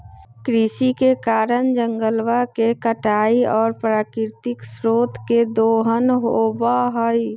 कृषि के कारण जंगलवा के कटाई और प्राकृतिक स्रोत के दोहन होबा हई